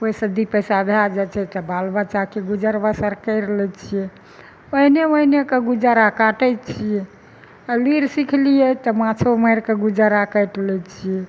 ओहिसे दुइ पैसा भए जाइ छै तऽ बाल बच्चाके गुजर बसर कैरि लै छियै ओहिने ओहिने कऽ गुजारा काटै छियै लुइर सिखलियै तऽ माँछो मारि कऽ गुजारा काटि लै छियै